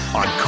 on